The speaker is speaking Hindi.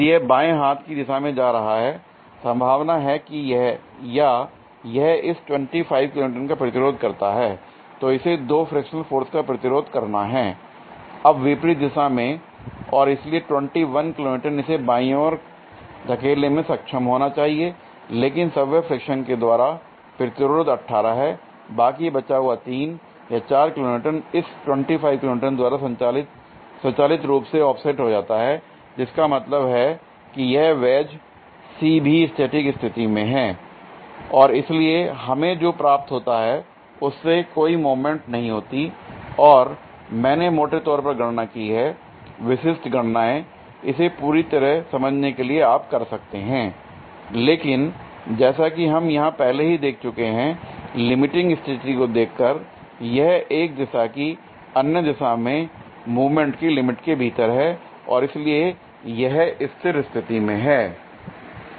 यदि यह बाएं हाथ की दिशा में जा रहा है संभावना है कि या यह इस 25 किलो न्यूटन का प्रतिरोध करता है तो इसे दो फ्रिक्शनल फोर्स का प्रतिरोध करना हैl अब विपरीत दिशा में और इसलिए 21 किलो न्यूटन इसे बाईं ओर धकेलने में सक्षम होना चाहिएलेकिन स्वयं फ्रिक्शन के द्वारा प्रतिरोध 18 है बाकी बचा हुआ 3 या 4 किलो न्यूटन इस 25 किलो न्यूटन द्वारा स्वचालित रूप से ऑफसेट हो जाता है जिसका मतलब है कि यह वेज C भी स्टैटिक स्थिति में हैं l और इसलिए हमें जो प्राप्त होता है उससे कोई मूवमेंट नहीं होती है और मैंने मोटे तौर पर गणना की है विशिष्ट गणनाए इसे पूरी तरह समझने के लिए आप कर सकते हैं l लेकिन जैसा कि हम यहां पहले ही देख चुके हैं लिमिटिंग स्थिति को देखकर यह एक दिशा की अन्य दिशा में मूवमेंट की लिमिट के भीतर है और इसलिए यह स्थिर स्थिति में है l